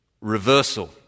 reversal